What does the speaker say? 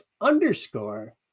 underscore